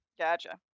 Gotcha